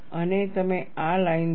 અને તમે આ લાઇન દોરો